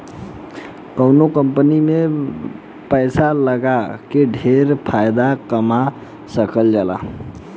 कवनो कंपनी में पैसा लगा के ढेर फायदा कमा सकल जाला